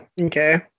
Okay